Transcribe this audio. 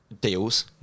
Deals